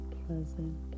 pleasant